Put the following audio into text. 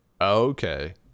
Okay